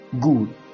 Good